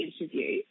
interview